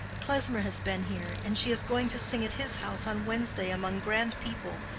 klesmer has been here, and she is going to sing at his house on wednesday among grand people.